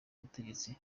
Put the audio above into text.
ubutegetsi